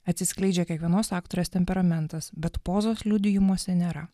atsiskleidžia kiekvienos aktorės temperamentas bet pozos liudijimuose nėra